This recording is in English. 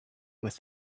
with